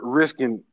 risking